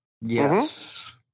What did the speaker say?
Yes